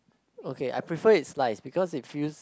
okay I prefer it sliced because it feels